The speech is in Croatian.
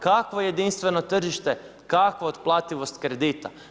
Kakvo jedinstveno tržište, kakvo otplativost kredita?